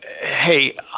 hey